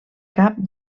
cap